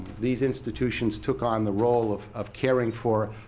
these institutions took on the role of of caring for